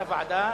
בבקשה.